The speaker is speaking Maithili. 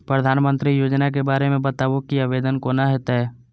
प्रधानमंत्री योजना के बारे मे बताबु की आवेदन कोना हेतै?